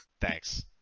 thanks